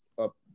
up